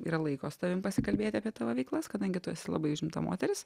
yra laiko su tavim pasikalbėti apie tavo veiklas kadangi tu esi labai užimta moteris